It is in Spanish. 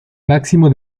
máximo